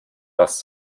dass